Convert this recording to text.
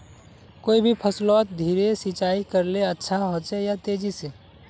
कोई भी फसलोत धीरे सिंचाई करले अच्छा होचे या तेजी से?